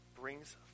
brings